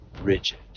rigid